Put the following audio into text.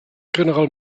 general